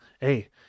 Hey